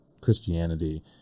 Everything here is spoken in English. Christianity